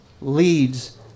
leads